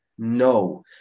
no